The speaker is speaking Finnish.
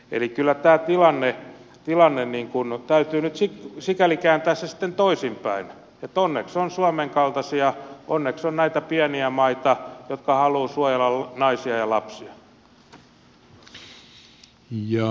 eli kyllä tämä tilanne täytyy nyt sikäli kääntää toisinpäin että onneksi on suomen kaltaisia onneksi on näitä pieniä maita jotka haluavat suojella naisia ja lapsia